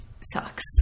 sucks